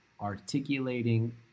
articulating